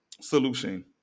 solution